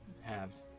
halved